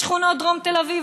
בשכונות דרום תל אביב?